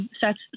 sex